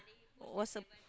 what's the